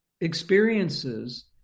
experiences